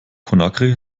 conakry